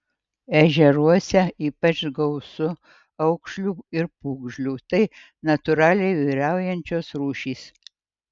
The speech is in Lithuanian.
ežeruose ypač gausu aukšlių ir pūgžlių tai natūraliai vyraujančios rūšys